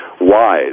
wise